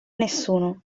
nessuno